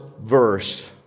verse